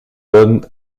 donne